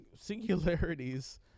singularities